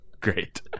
Great